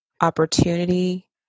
opportunity